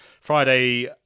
friday